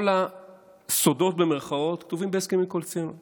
כל הסודות, במירכאות, כתובים בהסכמים קואליציוניים